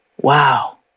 Wow